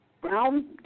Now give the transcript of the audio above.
brown